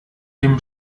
dem